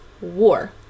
war